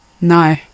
No